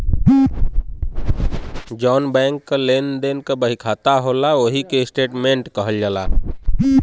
जौन बैंक क लेन देन क बहिखाता होला ओही के स्टेट्मेंट कहल जाला